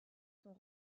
sont